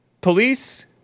police